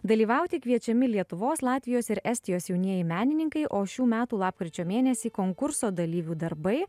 dalyvauti kviečiami lietuvos latvijos ir estijos jaunieji menininkai o šių metų lapkričio mėnesį konkurso dalyvių darbai